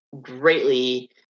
greatly